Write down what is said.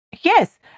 Yes